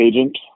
agent